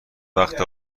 وقت